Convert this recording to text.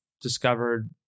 discovered